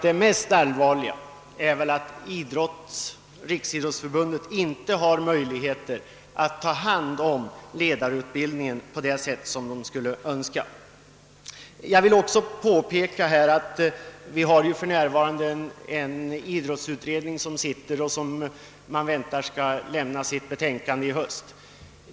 Det mest allvarliga är väl att Riksidrottsförbundet inte har möjligheter att ta hand om l1edarutbildningen på det sätt som det skulle önska. Vi väntar att den idrottsutredning som för närvarande arbetar skall avge sitt betänkande i höst.